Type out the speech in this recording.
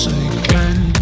again